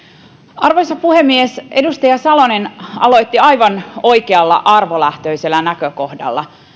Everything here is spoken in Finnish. arvoisa puhemies edustaja salonen aloitti aivan oikealla arvolähtöisellä näkökohdalla